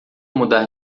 mudar